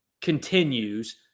continues